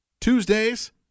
Tuesdays